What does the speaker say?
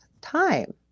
time